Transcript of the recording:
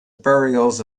burials